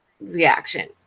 reaction